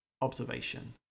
observation